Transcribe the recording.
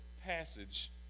passage